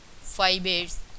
fibers